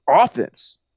offense